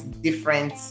different